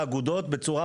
האגודות אין להן מושג,